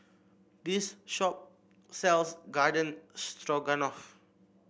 this shop sells Garden Stroganoff